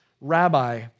rabbi